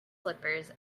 slippers